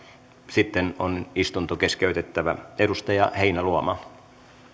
sitten on asian käsittely keskeytettävä edustaja heinäluoma